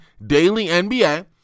DailyNBA